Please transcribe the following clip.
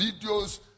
videos